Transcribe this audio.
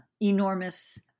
enormous